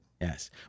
Yes